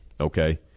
okay